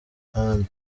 amb